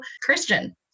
Christian